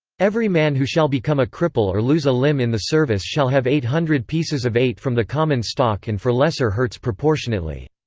every man who shall become a cripple or lose a limb in the service shall have eight hundred pieces of eight from the common stock and for lesser hurts proportionately.